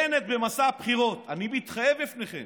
בנט במסע הבחירות: אני מתחייב בפניכם